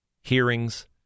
hearings